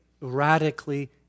radically